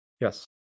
Yes